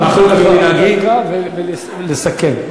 ולסכם.